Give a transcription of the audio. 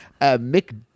Mick